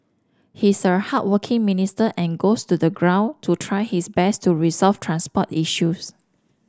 he's a hardworking minister and goes to the ground to try his best to resolve transport issues